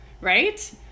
right